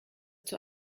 zur